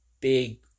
big